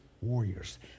warriors